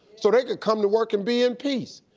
so they can come to work and be in peace.